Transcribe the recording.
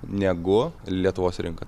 negu lietuvos rinka